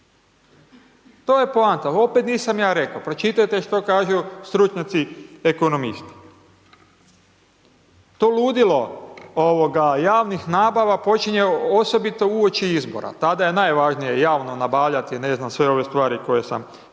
to je poanta, opet nisam ja rekao, pročitajte što kažu stručnjaci ekonomisti. To ludilo javnih nabava počinje osobito uoči izbora, tada je najvažnije javno nabavljati, ne znam, sve ove stvari koje sam spomenuo